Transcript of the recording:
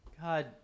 God